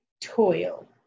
Toil